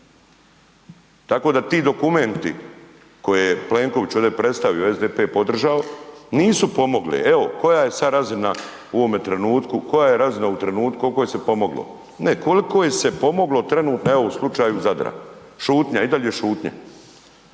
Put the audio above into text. tako da ti dokumenti koje je Plenković ovdje predstavio, SDP podržao, nisu pomogli, evo koja je sad razina u ovome trenutku, koja je razina u trenutku, kolko je se pomoglo, ne koliko je se pomoglo trenutno evo u slučaju Zadra, šutnja i dalje šutnja,